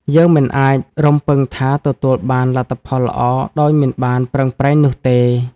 យើងមិនអាចរំពឹងថាទទួលបានលទ្ធផលល្អដោយមិនបានប្រឹងប្រែងនោះទេ។